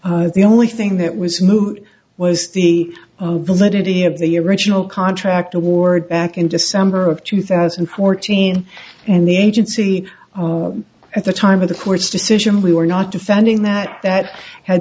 the only thing that was moot was the validity of the original contract award back in december of two thousand and fourteen and the agency at the time of the court's decision we were not defending that that had